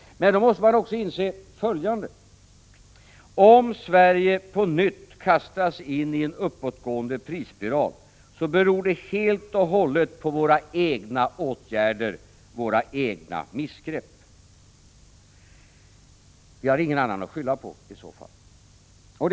Man måste dock inse följande. Om Sverige på nytt kastas in i en uppåtgående prisspiral beror det helt och hållet på våra egna åtgärder, våra egna missgrepp. Vi har ingen annan att skylla på i så fall.